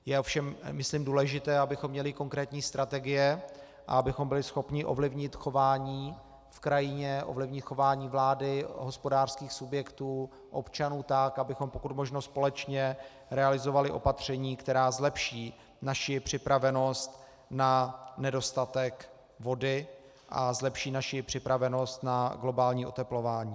Je ovšem myslím důležité, abychom měli konkrétní strategie a abychom byli schopni ovlivnit chování v krajině, ovlivnit chování vlády, hospodářských subjektů, občanů tak, abychom pokud možno společně realizovali opatření, která zlepší naši připravenost na nedostatek vody a zlepší naši připravenost na globální oteplování.